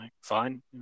fine